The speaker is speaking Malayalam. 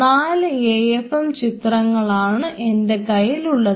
4 എ എഫ് എം ചിത്രങ്ങളാണ് എൻറെ കയ്യിൽ ഉള്ളത്